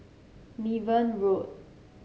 Niven Road